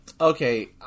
okay